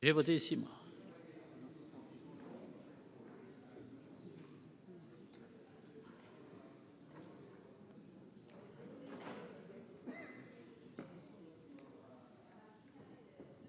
Je vais voter cet